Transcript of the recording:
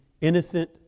innocent